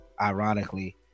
ironically